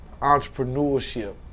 entrepreneurship